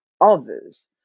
others